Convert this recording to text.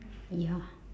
ya